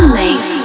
make